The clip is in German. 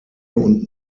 und